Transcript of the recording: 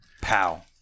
Pow